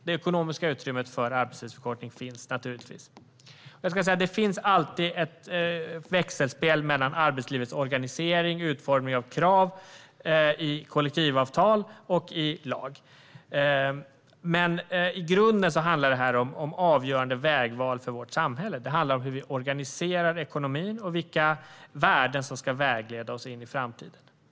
Det ekonomiska utrymmet för arbetstidsförkortning finns naturligtvis. Det finns alltid ett växelspel mellan arbetslivets organisering, utformning av krav i kollektivavtal och lag. Men i grunden handlar det om avgörande vägval för vårt samhälle. Det handlar om hur vi organiserar ekonomin och vilka värden som ska vägleda oss in i framtiden.